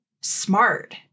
smart